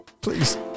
Please